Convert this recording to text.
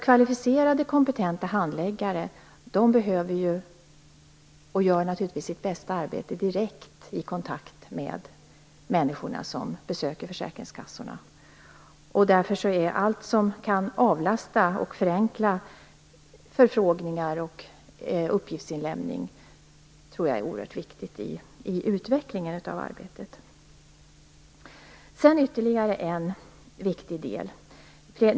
Kvalificerade och kompetenta handläggare gör naturligtvis sitt bästa arbete direkt i kontakt med människor som besöker försäkringskassorna. Därför är allt som kan avlasta och förenkla förfrågningar och uppgiftsinlämning oerhört viktigt, tror jag, i utvecklingen av arbetet. Så till ytterligare en viktig sak.